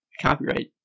copyright